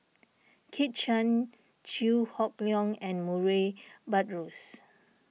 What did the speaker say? Kit Chan Chew Hock Leong and Murray Buttrose